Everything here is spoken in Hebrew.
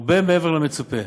הרבה מעבר למצופה.